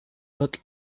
book